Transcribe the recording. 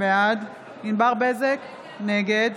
בעד ענבר בזק, נגד